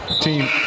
Team